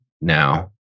now